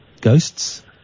Ghosts